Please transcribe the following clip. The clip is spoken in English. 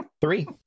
Three